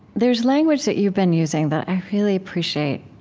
there's language that you've been using that i really appreciate,